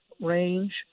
range